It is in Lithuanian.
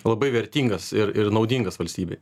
labai vertingas ir ir naudingas valstybei